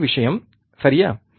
அதே விஷயம் சரியா